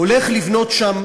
הולך לבנות שם